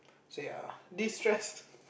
so ya de stressed